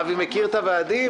אבי מכיר את הוועדים,